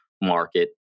market